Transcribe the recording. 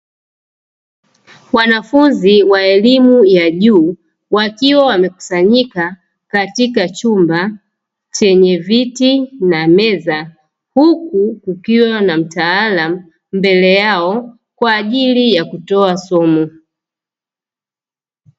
Wanafunzi wa elimu ya juu wakiwa wamekusanyika katika chumba chenye viti na meza huku kukiwa na mtaalamu mbele yao kwa ajili ya kutoa somo.